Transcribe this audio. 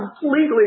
completely